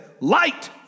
Light